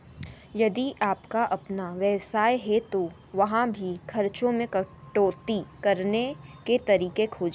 यदि आपका अपना व्यवसाय है तो वहाँ भी खर्चों में कटौती करने के तरीके खोजें